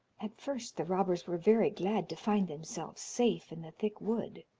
at first the robbers were very glad to find themselves safe in the thick wood,